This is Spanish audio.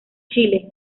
chile